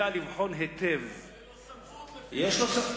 יודע לבחון היטב, אבל אין לו סמכות, יש לו סמכות.